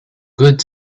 good